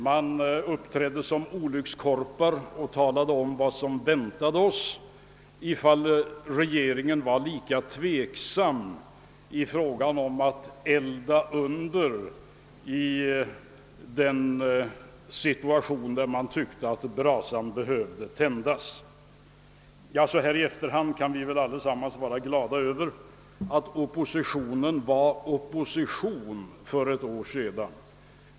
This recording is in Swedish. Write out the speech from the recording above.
Man uppträdde som olyckskorpar och talade om vad som väntade oss om regeringen var tveksam då det gällde att elda i den brasa som man tyckte behövde tändas. Så här i efterhand kan vi väl alla vara glada över att oppositionen var opposition för ett år sedan.